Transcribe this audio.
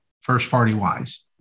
first-party-wise